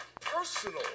personal